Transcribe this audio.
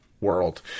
world